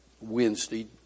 Wednesday